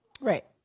Right